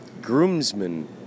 groomsmen